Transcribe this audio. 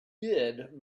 bid